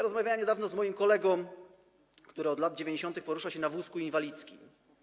Rozmawiałem niedawno z moim kolegą, który od lat 90. porusza się na wózku inwalidzkim.